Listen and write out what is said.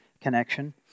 connection